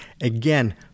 again